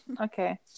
Okay